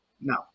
No